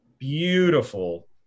beautiful